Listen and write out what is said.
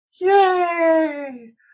yay